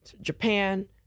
Japan